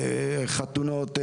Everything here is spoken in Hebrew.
חתונות,